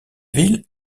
ville